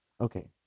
Okay